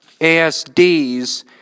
ASDs